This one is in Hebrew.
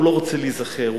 הם לא רוצים להיזכר,